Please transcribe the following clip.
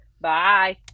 Bye